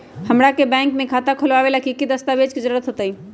हमरा के बैंक में खाता खोलबाबे ला की की दस्तावेज के जरूरत होतई?